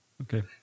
Okay